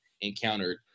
encountered